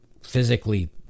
physically